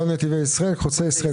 לא נתיבי ישראל, חוצה ישראל.